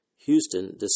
Houston